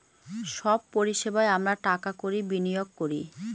সব পরিষেবায় আমরা টাকা কড়ি বিনিয়োগ করি